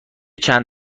چند